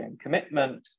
commitment